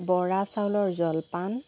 বৰা চাউলৰ জলপান